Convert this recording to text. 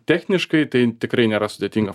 techniškai tai tikrai nėra sudėtinga